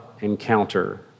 encounter